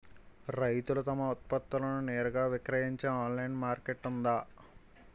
రైతులు తమ ఉత్పత్తులను నేరుగా విక్రయించే ఆన్లైన్ మార్కెట్ ఉందా?